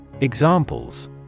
Examples